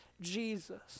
Jesus